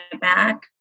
back